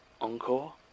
Encore